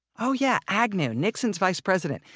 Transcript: oh yeah, agnew, nixon's vice president,